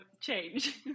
change